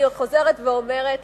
אני חוזרת ואומרת,